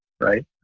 right